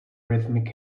rhythmic